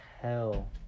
hell